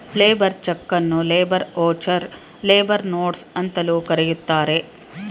labour ಚಕನ್ನು labour voucher, labour notes ಅಂತಲೂ ಕರೆಯುತ್ತಾರೆ